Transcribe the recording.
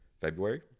February